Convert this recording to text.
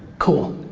cool.